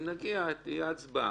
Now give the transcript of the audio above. אם נגיע, תהיה הצבעה.